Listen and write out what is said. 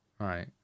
Right